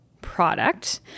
Product